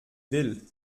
will